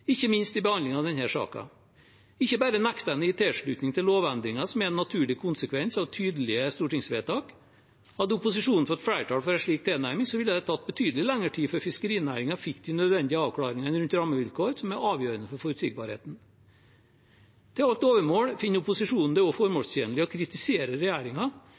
ikke minst i behandlingen av denne saken. Ikke bare nekter man å gi tilslutning til lovendringer som er en naturlig konsekvens av tydelige stortingsvedtak – hadde opposisjonen fått flertall for en slik tilnærming, ville det tatt betydelig lengre tid før fiskerinæringen fikk de nødvendige avklaringene rundt rammevilkår som er avgjørende for forutsigbarheten. Til alt overmål finner opposisjonen det